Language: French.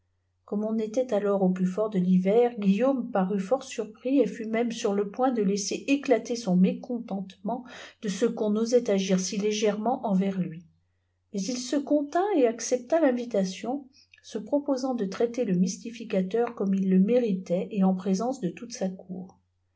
comme on était ators au fltti fort de l'hiver guiliaumfe frut fort surpris et fut même sur le point de laisser éolater son mécontentement de ee cu'oft osait ar si légèrement envers lui mais il se contint et accepta l'invitation se proposant de traiter le mystificateur comme il le méritait çt en présence de tpute sa cor